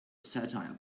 satire